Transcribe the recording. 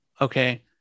okay